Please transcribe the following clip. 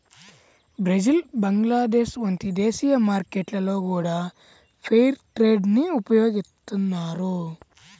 Brazil Bangladesh వంటి దేశీయ మార్కెట్లలో గూడా ఫెయిర్ ట్రేడ్ ని ఉపయోగిత్తన్నారు